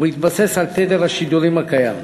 ובהתבסס על תדר השידורים הקיים.